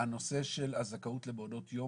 הנושא של הזכאות למעונות יום.